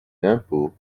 l’impôt